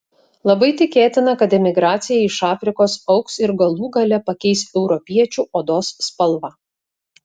labai tikėtina kad emigracija iš afrikos augs ir galų gale pakeis europiečių odos spalvą